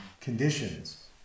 conditions